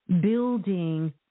building